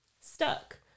stuck